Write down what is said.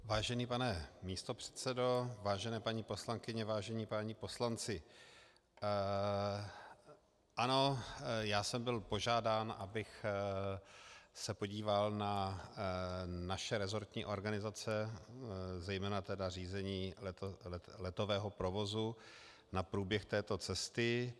Vážený pane místopředsedo, vážené paní poslankyně, vážení páni poslanci, ano, byl jsem požádán, abych se podíval na naše rezortní organizace, zejména tedy Řízení letového provozu, na průběh této cesty.